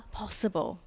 possible